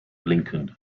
lincoln